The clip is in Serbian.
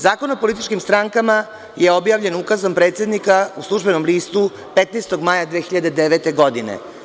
Zakono političkim strankama je objavljen ukazom predsednika u Službenom listu 15. maja 2009. godine.